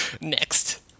Next